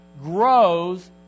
grows